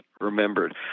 remembered